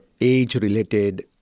age-related